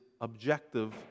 objective